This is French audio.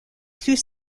plus